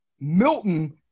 Milton